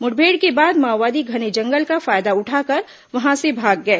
मुठभेड़ के बाद माओवादी घने जंगल का फायदा उठाकर वहां से भाग गए